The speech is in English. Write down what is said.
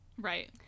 Right